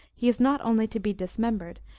he is not only to be dismembered,